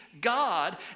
God